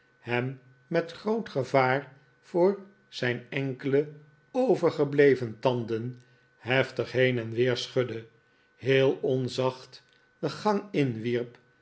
hem met groot gevaar voor zijn enkele overgebleven tanden heftig heen en weer schudde heel onzacht de gang in wierp